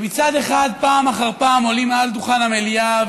שמצד אחד פעם אחר פעם עולים על דוכן המליאה,